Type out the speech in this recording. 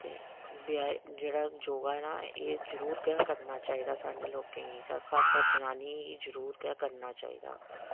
ते ब्यायाम जेह्ड़ा योगा है ना एह जरूर गै करना चाहिदा साढ़े जेहे लोकें गी खासकर जनानियें गी जरूर गै करना चाहिदा